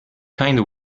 kinda